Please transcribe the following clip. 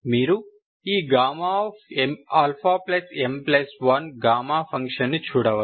మీరు ఈ αm1 gamma ఫంక్షన్ను చూడవచ్చు